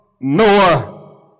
Noah